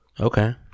Okay